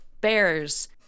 bears